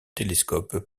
télescopes